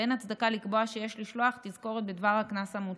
ואין הצדקה לקבוע שיש לשלוח תזכורת בדבר הקנס המוצע,